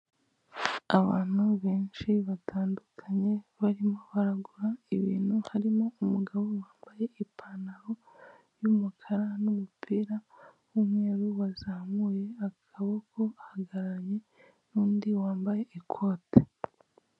Abantu benshi batandukanye barimo baragura ibintu harimo umugabo wambaye ipantaro y'umukara n'umupira w'umweru wazamuye akaboko, ahagararanye nundi wambaye ikote.